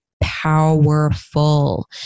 Powerful